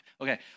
Okay